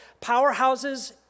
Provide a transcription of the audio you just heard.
powerhouses